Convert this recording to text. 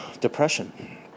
depression